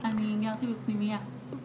טליה: אני גרתי בפנימייה.